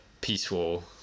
peaceful